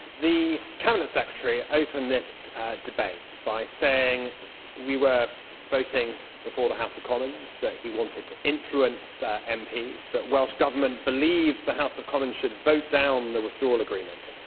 the cabinet secretary opened this debate by saying we were voting before the house of commons, that he wanted to influence and mps, that welsh government believes the house of commons should vote down the withdrawal agreement,